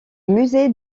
musée